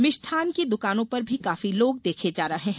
मिष्ठान की दुकानों पर भी काफी लोग देखे जा रहे हैं